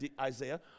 Isaiah